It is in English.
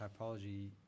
typology